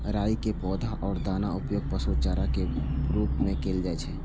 राइ के पौधा आ दानाक उपयोग पशु चारा के रूप मे कैल जाइ छै